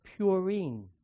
purine